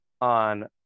on